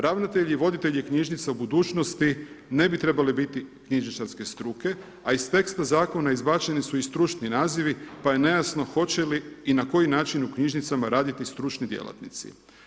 Ravnatelji, voditelji knjižnica u budućnosti ne bi trebali biti knjižničarske struke, a iz teksta zakona izbačeni su i stručni nazivi pa je nejasno hoće li i na koji način u knjižnicama raditi stručni djelatnici.